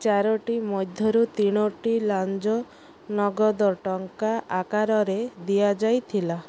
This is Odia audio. ଚାରୋଟି ମଧ୍ୟରୁ ତିନୋଟି ଲାଞ୍ଚ ନଗଦ ଟଙ୍କା ଆକାରରେ ଦିଆଯାଇଥିଲା